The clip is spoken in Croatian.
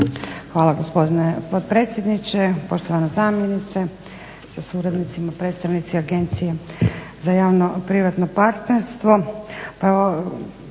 Hvala gospodine potpredsjedniče, poštovana zamjenice sa suradnicima, predstavnici agencije za javno-privatno partnerstvo.